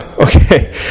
Okay